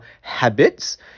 habits